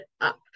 up